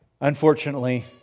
unfortunately